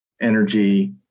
energy